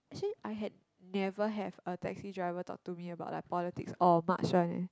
actually I had never have a taxi driver talk to me about like politics or much one eh